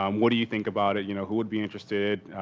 um what do you think about it? you know, who would be interested?